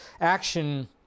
action